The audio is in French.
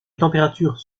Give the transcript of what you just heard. températures